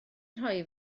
rhoi